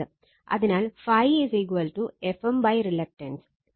അതിനാൽ ∅ Fm reluctance